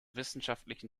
wissenschaftlichen